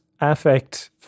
affect